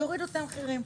יורידו את המחירים.